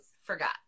forgot